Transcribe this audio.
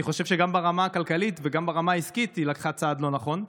אני חושב שגם ברמה הכלכלית וגם ברמה העסקית היא לקחה צעד לא נכון,